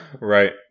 Right